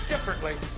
differently